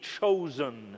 chosen